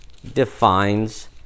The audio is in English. defines